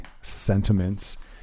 sentiments